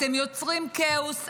אתם יוצרים כאוס,